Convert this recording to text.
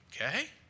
Okay